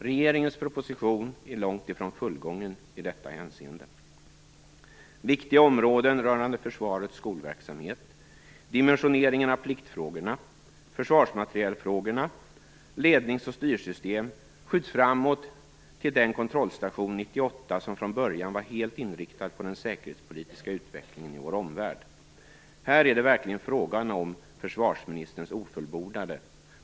Regeringens proposition är långt ifrån fullgången i detta hänseende. Viktiga områden rörande försvarets skolverksamhet, dimensioneringen av pliktfrågorna, försvarsmaterielfrågorna samt lednings och styrsystem skjuts framåt till den kontrollstation 1998 som från början var helt inriktad på den säkerhetspolitiska utvecklingen i vår omvärld. Här är det verkligen fråga om försvarsministerns ofullbordade.